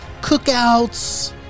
cookouts